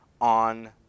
on